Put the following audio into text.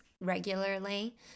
regularly